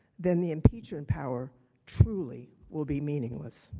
then, the impeachment power truly will be meaningless.